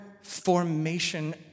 formation